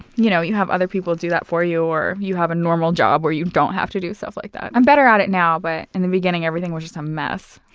you know you have other people that for you, or you have a normal job where you don't have to do stuff like that. i'm better at it now, but in the beginning everything was just a mess.